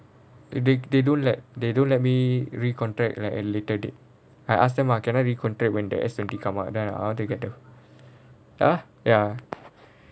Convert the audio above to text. they they don't let they don't let me recontract like a later date I ask them lah can I recontract when the S twenty come out then I orh !huh! ya